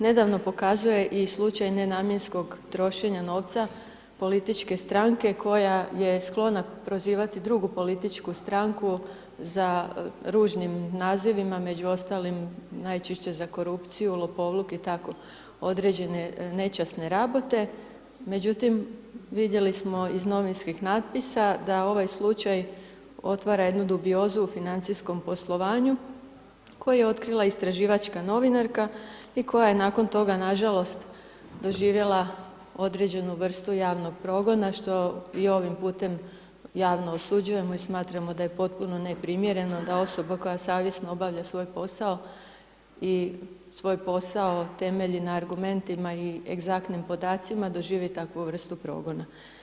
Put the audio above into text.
Nedavno pokazuje i slučaj nenamjenskog trošenja novca političke stranke koja je sklona prozivati drugu političku stranku za ružnim nazivima, među ostalim najčešće za korupciju, lopovluk i tako određene nečasne rabote, međutim vidjeli smo iz novinskih natpisa da ovaj slučaj otvara jednu dubiozu u financijskom poslovanju koji je otkrila istraživačka novinarka i koja je nakon toga nažalost doživjela određenu vrstu javnog progona što i ovim putem javno osuđujemo i smatramo da je potpuno neprimjereno, da osoba koja savjesno obavlja svoj posao i svoj posao temelji na argumentima i egzaktnim podacima doživi takvu vrstu progona.